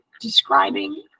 describing